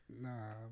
nah